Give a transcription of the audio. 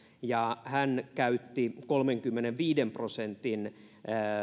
ja hän käytti esimerkkinä kolmenkymmenenviiden prosentin